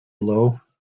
low